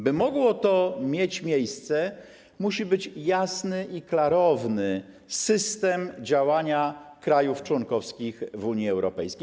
By mogło to mieć miejsce, musi być jasny i klarowny system działania krajów członkowskich w Unii Europejskiej.